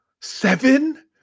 Seven